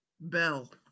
bell